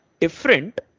different